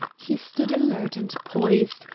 he stood alert and poised,